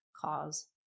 cause